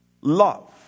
Love